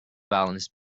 balance